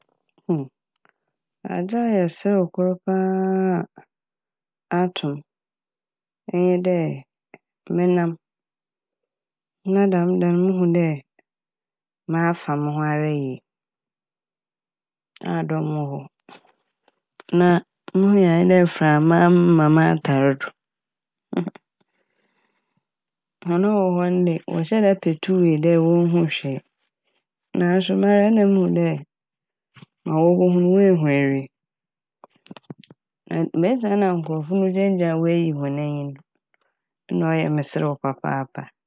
adze a ɔyɛ serew kor paa a ato m' enye dɛ menam na dɛm da no muhu dɛ mafa mo ho ara yie a dɔm wɔ hɔ na muhui ara nye dɛ mframa ama m'atar do. Hɔn a wɔwɔ hɔ no de wɔhyɛɛ da petui dɛ wonnhuu hwee naaso mara nna muhu dɛ ma ɔwɔ mu no woehu ewie na mesi na nkorɔfo no gyinagyina a woeyi hɔn enyi n' nna ɔyɛ meserew papaapa.